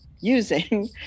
using